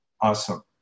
Awesome